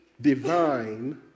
divine